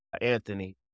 Anthony